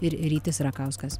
ir rytis rakauskas